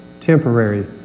temporary